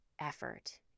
effort